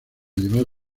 llevar